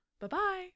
Bye-bye